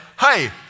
hey